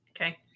Okay